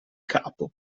capo